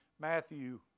Matthew